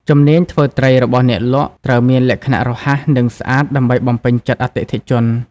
ជំនាញធ្វើត្រីរបស់អ្នកលក់ត្រូវមានលក្ខណៈរហ័សនិងស្អាតដើម្បីបំពេញចិត្តអតិថិជន។